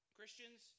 Christians